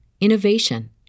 innovation